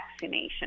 vaccination